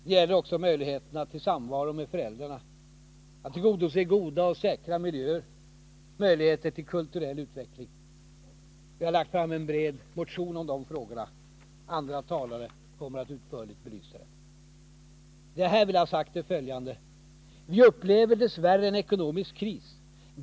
Det gäller också möjligheterna till samvaro med föräldrarna, tillgång till goda och säkra miljöer liksom också tillfällen till kulturell utveckling. Vi har lagt fram en bred motion om dessa frågor. Andra talare kommer att utförligt belysa dem. Det jag här vill ha sagt är följande: Vi upplever dess värre en ekonomisk kris.